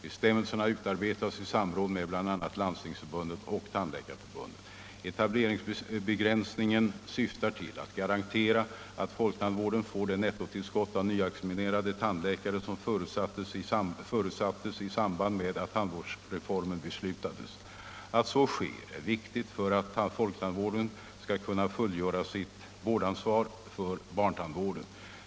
Bestämmelserna har utarbetats i samråd med bl.a. Landstingsförbundet och Tandläkarförbundet. Etableringsbegränsningen syftar till att garantera att folktandvården får det nettotillskott av nyexaminerade tandläkare som förutsattes i samband med att tandvårdsreformen beslutades. Att så sker är viktigt för att folktandvården skall kunna fullgöra sitt vårdansvar för barntandvården.